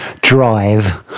drive